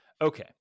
okay